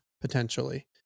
potentially